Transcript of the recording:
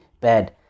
bad